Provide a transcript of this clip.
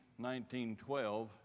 1912